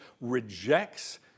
rejects